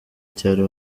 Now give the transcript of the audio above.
cyaro